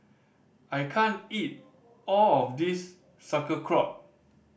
I can't eat all of this Sauerkraut